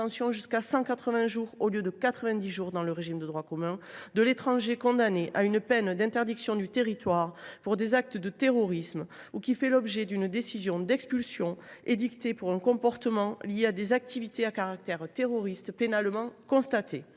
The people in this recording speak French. jusqu’à 180 jours, contre 90 jours pour le régime de droit commun, de l’étranger condamné à une peine d’interdiction du territoire pour des actes de terrorisme ou qui fait l’objet d’une décision d’expulsion édictée pour un comportement lié à des activités à caractère terroriste pénalement constatées.